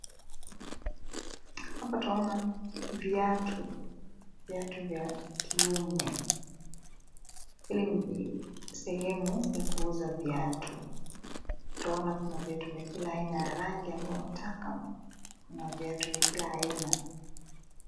Hapa twaona viatu, viatu vya kiume. Hili ni sehemu ya kuuza viatu. Twaona kuna viatu vya kila aina ya rangi ambayo wataka na viatu vya kila aina.